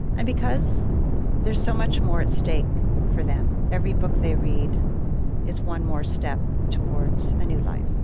and because there is so much more at stake for them, every book they read is one more step towards a new life.